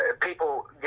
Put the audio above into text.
people